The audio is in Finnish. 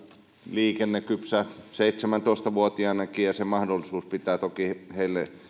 liikennekypsä seitsemäntoista vuotiaanakin ja se mahdollisuus pitää toki heille